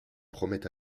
promet